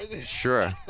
sure